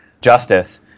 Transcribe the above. justice